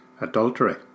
adultery